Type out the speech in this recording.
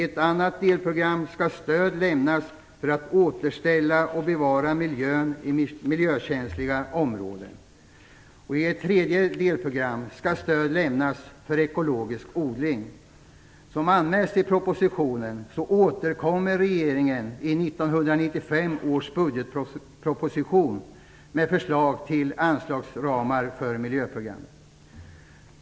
I ett andra delprogram skall stöd ges för att återställa och bevara miljön i miljökänsliga områden. I ett tredje delprogram skall stöd ges för ekologisk odling. Som anmäls i propositionen återkommer regeringen i 1995 års budgetproposition med förslag till anslagsramar för miljöprogrammet.